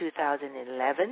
2011